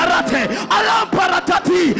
alamparatati